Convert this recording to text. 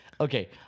okay